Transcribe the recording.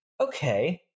Okay